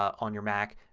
on your mac,